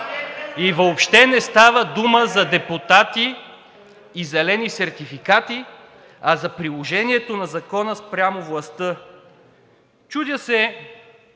И въобще не става дума за депутати и зелени сертификати, а за приложението на закона спрямо властта. Чудя се